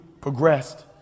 progressed